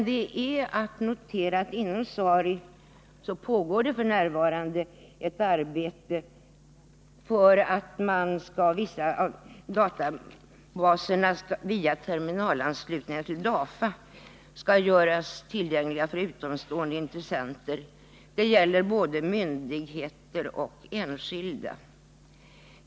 Det är att notera att inom SARI pågår ett arbete med syfte bl.a. att vissa av databaserna inom RÄTTSDATA via terminalanslutningar till DAFA skall göras tillgängliga för utomstående intressenter, såväl myndigheter som enskilda.